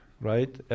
right